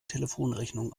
telefonrechnung